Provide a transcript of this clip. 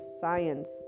science